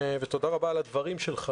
ותודה רבה על הדברים שלך,